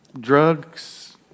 drugs